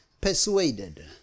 persuaded